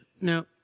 No